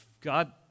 God